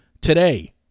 Today